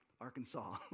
Arkansas